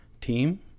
team